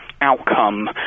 outcome